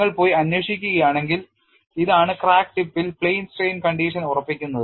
നിങ്ങൾ പോയി അന്വേഷിക്കുകയാണെങ്കിൽ ഇതാണ് ക്രാക്ക് ടിപ്പിൽ plane strain condition ഉറപ്പിക്കുന്നത്